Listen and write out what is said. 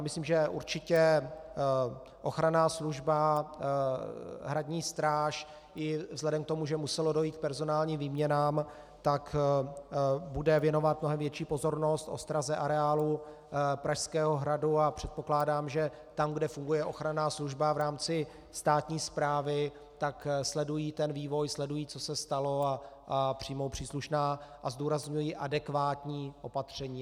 Myslím, že určitě ochranná služba, hradní stráž i vzhledem k tomu, že muselo dojít k personálním výměnám, bude věnovat mnohem větší pozornost ostraze areálu Pražského hradu, a předpokládám, že tam, kde funguje ochranná služba v rámci státní správy, tak sledují ten vývoj, sledují, co se stalo, a přijmou příslušná a zdůrazňuji adekvátní opatření.